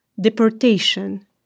deportation